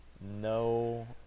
No